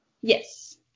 Yes